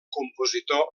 compositor